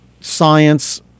science